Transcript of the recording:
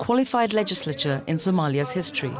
qualified legislature in somalia's history